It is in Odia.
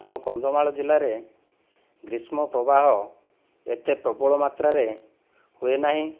ଆମ କନ୍ଧମାଳ ଜିଲ୍ଲାରେ ଗ୍ରୀଷ୍ମ ପ୍ରବାହ ଏତେ ପ୍ରବଳ ମାତ୍ରାରେ ହୁଏ ନାହିଁ